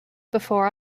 before